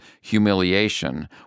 humiliation